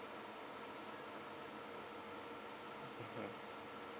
mmhmm